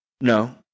No